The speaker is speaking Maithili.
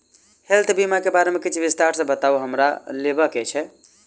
हेल्थ बीमा केँ बारे किछ विस्तार सऽ बताउ हमरा लेबऽ केँ छयः?